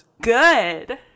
good